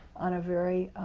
on a very,